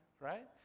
Right